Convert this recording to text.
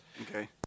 Okay